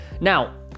Now